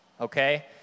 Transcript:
okay